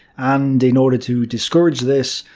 and in order to discourage this,